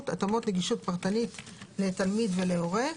(התאמות נגישות פרטנית לתלמיד ולהורה),